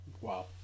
Wow